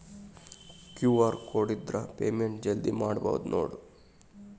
QR code ಇದ್ರ payment ಜಲ್ದಿ ಮಾಡಬಹುದು ನೋಡ್